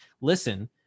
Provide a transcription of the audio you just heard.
listen